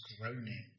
groaning